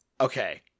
okay